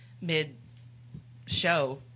mid-show